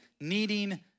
needing